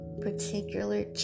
particular